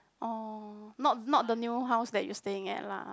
orh not not the new house that you staying at lah